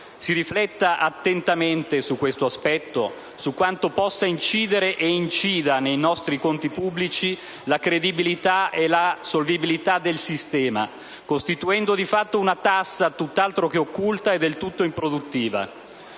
Si rifletta attentamente su questo aspetto, su quanto possa incidere ed incida, nei nostri conti pubblici, la credibilità e la solvibilità del sistema, costituendo di fatto una tassa, tutt'altro che occulta e del tutto improduttiva.